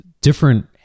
different